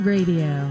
Radio